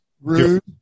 rude